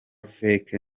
fake